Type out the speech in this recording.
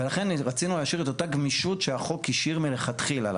ולכן רצינו להשאיר את אותה גמישות שהחוק השאיר מלכתחילה.